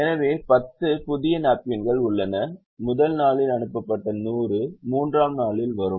எனவே 10 புதிய நாப்கின்கள் உள்ளன முதல் நாளில் அனுப்பப்பட்ட 100 மூன்றாம் நாளில் வரும்